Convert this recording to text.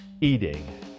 eating